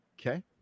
Okay